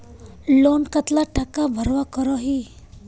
Loan कतला टाका भरवा करोही?